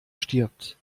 stirbt